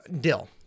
Dill